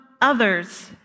others